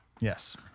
Yes